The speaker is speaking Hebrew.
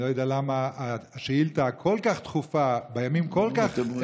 אני לא יודע מדוע השאילתה הכל-כך דחופה בימים כל כך,